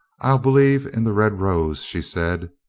i'll believe in the red rose, she said.